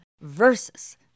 versus